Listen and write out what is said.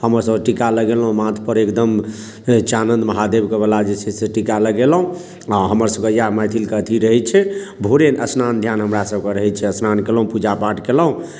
हमरसभके टीका लगेलहुँ माथपर एकदम चानन महादेवके वला जे छै से टीका लगेलहुँ आ हमरसभके इएह मैथिलके अथी रहै छै भोरे स्नान ध्यान हमरासभके रहै छै स्नान केलहुँ पूजा पाठ केलहुँ